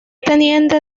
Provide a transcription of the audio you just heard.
teniente